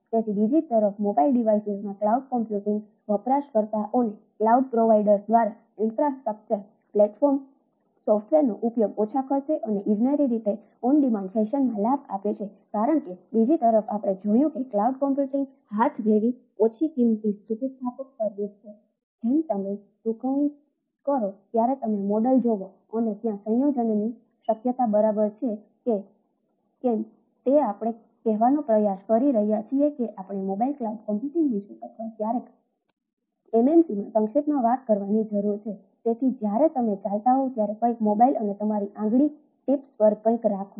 તેથી બીજી તરફ મોબાઈલ ડિવાઇસીસ ટીપ્સ પર કંઈક રાખવું